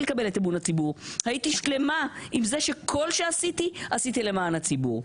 לקבל את אמון הציבור הייתי שלמה עם זה שכל שעשיתי עשיתי למען הציבור.